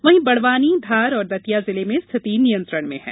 वहीं बड़वानी धार और दतिया जिले में स्थिति नियंत्रण में है